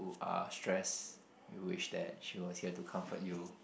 you are stressed you wish that she was here to comfort you